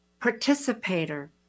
participator